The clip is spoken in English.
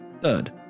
Third